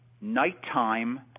nighttime